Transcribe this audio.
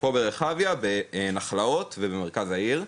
פה ברחביה, בנחלאות ובמרכז העיר.